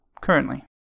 currently